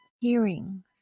hearing